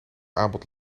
aanbod